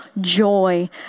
joy